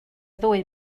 ddwy